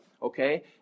okay